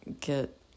get